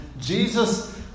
Jesus